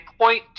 point